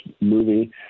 movie